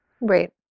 right